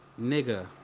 Nigga